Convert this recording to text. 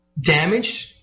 damaged